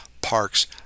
parks